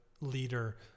leader